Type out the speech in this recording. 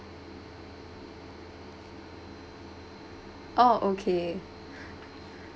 oh okay